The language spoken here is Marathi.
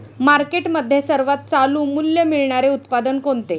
मार्केटमध्ये सर्वात चालू मूल्य मिळणारे उत्पादन कोणते?